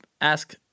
ask